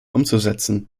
umzusetzen